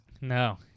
No